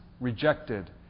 rejected